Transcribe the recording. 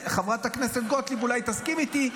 חברת הכנסת גוטליב אולי תסכים איתי,